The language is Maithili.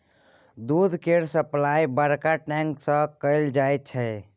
दूध केर सप्लाई बड़का टैंक सँ कएल जाई छै